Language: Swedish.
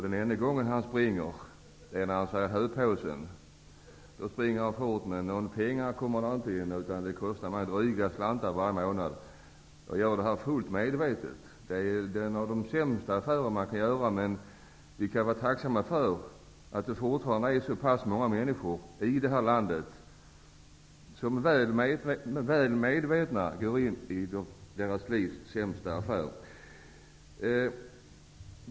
Den enda gången han springer är när han ser höpåsen. Då springer han fort. Men några pengar kommer inte in, utan denna häst kostar mig dryga slantar varje månad. Jag gör detta fullt medvetet. Det är en av de sämsta affärer som man kan göra. Men vi kan vara tacksamma för att det fortfarande är så pass många människor i det här landet som väl medvetna om det går in i sitt livs sämsta affär.